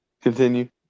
Continue